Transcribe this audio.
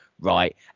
right